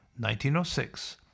1906